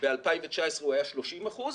ב-2019 הוא היה 30 אחוזים